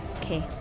Okay